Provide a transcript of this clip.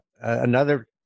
Another-